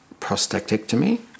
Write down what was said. prostatectomy